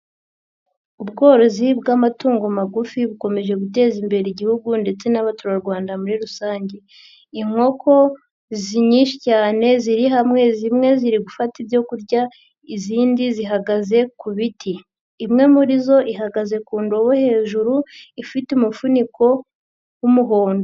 Ubworozi bw'amatungo magufi bukomeje guteza imbere Igihugu ndetse n'abaturarwanda muri rusange, inkoko nyinshi cyane ziri hamwe zimwe ziri gufata ibyo kurya izindi zihagaze ku biti, imwe muri zo ihagaze ku ndobo hejuru ifite umufuniko w'umuhondo.